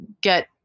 get